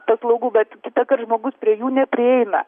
paslaugų bet ta kad žmogus prie jų neprieina